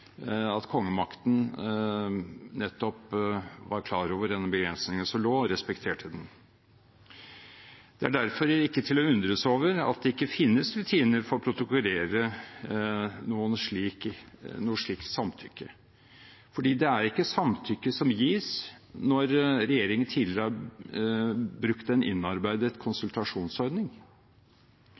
at kongemakten nettopp var klar over den begrensningen som forelå, og respekterte den. Det er derfor ikke til å undres over at det ikke finnes rutiner for å protokollere noe slikt samtykke. For det er ikke samtykke som er gitt når regjeringen tidligere har brukt en innarbeidet konsultasjonsordning.